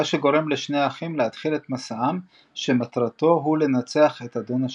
מה שגורם לשני האחים להתחיל את מסעם שמטרתו הוא לנצח את אדון השדים,